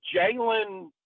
Jalen